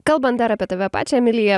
kalbant dar apie tave pačią emilija